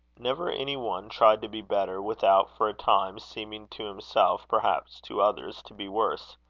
never any one tried to be better, without, for a time, seeming to himself, perhaps to others, to be worse.